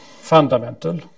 fundamental